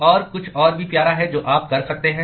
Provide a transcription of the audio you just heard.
और कुछ और भी प्यारा है जो आप कर सकते हैं